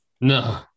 No